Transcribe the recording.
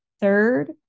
third